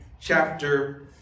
chapter